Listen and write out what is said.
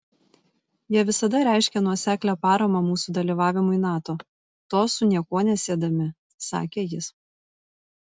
jie visada reiškė nuoseklią paramą mūsų dalyvavimui nato to su nieko nesiedami sakė jis